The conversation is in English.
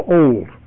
old